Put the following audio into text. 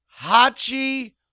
Hachi